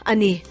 Ani